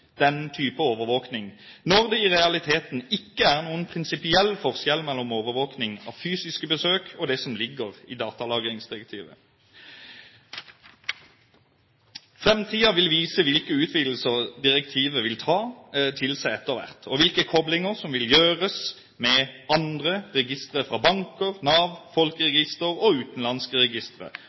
den type overvåkning, når det i realiteten ikke er noen prinsipiell forskjell mellom overvåkning av fysiske besøk og det som ligger i datalagringsdirektivet? Fremtiden vil vise hvilke utvidelser direktivet vil ta til seg etter hvert, og hvilke koblinger som vil gjøres med andre registre – fra banker, Nav, folkeregister og utenlandske registre